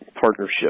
partnership